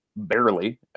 Barely